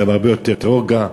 גם הרבה יותר רוגע.